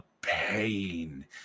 pain